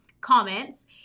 comments